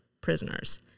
prisoners